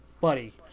Buddy